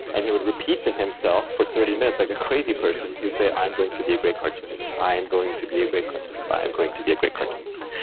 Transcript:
and he would repeat to himself for thirty minutes like a crazy person, he would say, i'm going to be a great cartoonist. i am going to be a great cartoonist. i am going to be a great cartoonist.